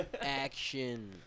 Action